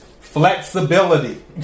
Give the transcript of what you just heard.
Flexibility